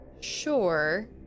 sure